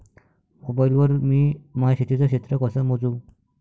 Mobile वर मी माया शेतीचं क्षेत्र कस मोजू?